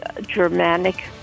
Germanic